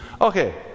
Okay